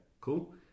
Cool